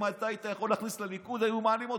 אם אתה היית יכול להכניס לליכוד, היו מעלים אותך.